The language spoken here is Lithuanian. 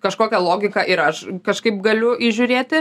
kažkokia logika ir aš kažkaip galiu įžiūrėti